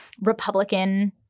Republican